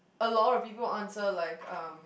a lot of people answer like um